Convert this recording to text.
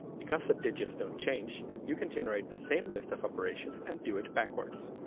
because the digits don't change, you can generate the same list of operations and do it backwards.